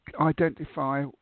Identify